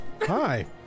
Hi